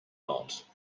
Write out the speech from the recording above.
not